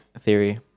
theory